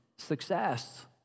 Success